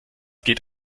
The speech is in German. geht